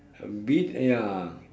so be it ya